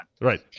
Right